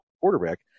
quarterback